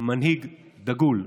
מנהיג דגול,